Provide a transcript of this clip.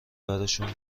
برشون